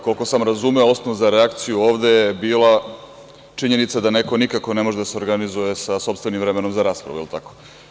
Koliko sam razumeo osnov za reakciju ovde je bila činjenica da neko nikako ne može da se organizuje sa sopstvenim vremenom za raspravu, jel tako?